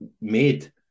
made